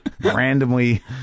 Randomly